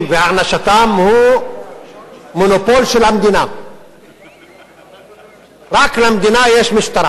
משרד הפנים לא יאשר מתן רישיונות לישיבה או היתרים לשהייה